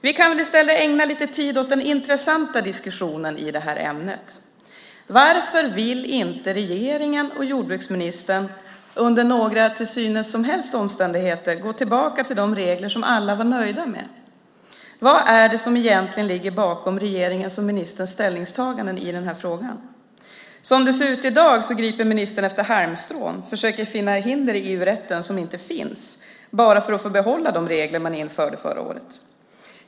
Vi kan väl i stället ägna lite tid åt den intressanta diskussionen i ämnet. Varför vill inte regeringen och jordbruksministern under några till synes som helst omständigheter gå tillbaka till de regler som alla var nöjda med? Vad är det som egentligen ligger bakom regeringens och ministerns ställningstaganden i frågan? Som det ser ut i dag griper ministern efter halmstrån och försöker finna hinder i EU-rätten som inte finns, bara för att behålla de regler man införde förra året.